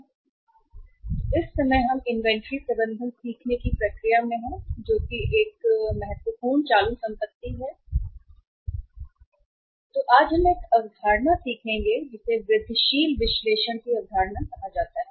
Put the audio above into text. तो एक महत्वपूर्ण वर्तमान के रूप में इन्वेंट्री के सीखने के प्रबंधन की प्रक्रिया में संपत्ति आज हम एक अवधारणा सीखेंगे जिसे वृद्धिशील विश्लेषण की अवधारणा कहा जाता है